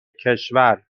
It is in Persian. کشور